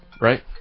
right